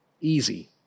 easy